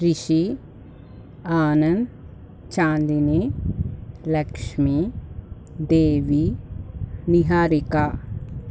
Rishi Anand Chandini Lakshmi Devi Niharika